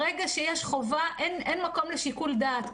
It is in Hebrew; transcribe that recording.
ברגע שיש חובה, אין מקום לשיקול דעת.